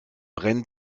brennen